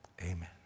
amen